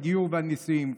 הגיור והנישואים.